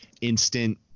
instant